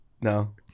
No